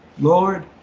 Lord